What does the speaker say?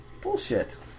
Bullshit